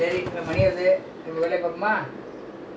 not yet lah wait lah still got a lot of time